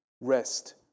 rest